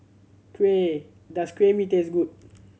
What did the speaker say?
kuah does kuah mee taste good